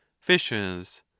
fishes